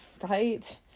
Right